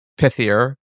pithier